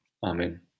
Amen